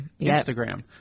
Instagram